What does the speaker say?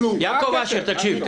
את מביאה את הנתונים האלה?